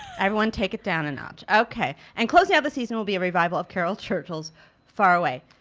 everyone take it down a notch okay. and closing out the season will be a revival of caryl churchill's far away.